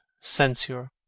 censure